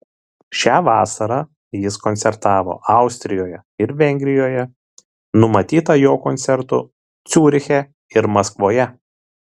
šią vasarą jis koncertavo austrijoje ir vengrijoje numatyta jo koncertų ciuriche ir maskvoje